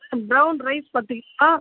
brown rice பத்து kilo